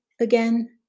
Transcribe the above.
again